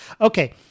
Okay